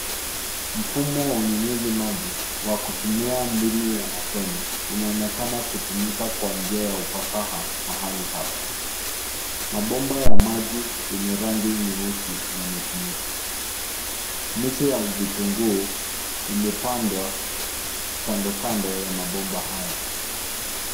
Mfumo wa unyunyuzi maji wa kutumia mbinu ya matone unonekana kutumika kwa njia ya ufasaha mahali hapa. Mabomba ya maji yenye ranngi nyeusi yametumika. Miche ya vitunguu imepandwa kando kando ya mabomba haya.